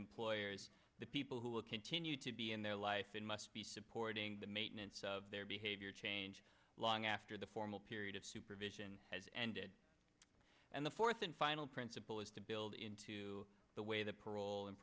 employers the people who will continue to be in their life and must be supporting the maintenance of their behavior change long after the formal period of supervision has ended and the fourth and final principle is to build into the way the parole and